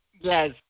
yes